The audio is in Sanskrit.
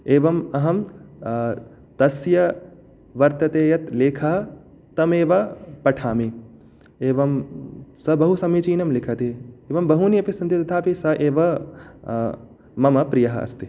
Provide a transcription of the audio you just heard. एवम् अहं तस्य वर्तते यत् लेखः तमेव पठामि एवं सः बहुसमीचीनं लिखति एवं बहूनि अपि सन्ति तथापि स एव मम प्रियः अस्ति